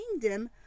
kingdom